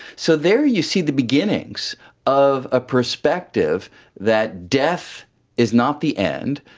so there you see the beginnings of a perspective that death is not the end,